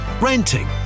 renting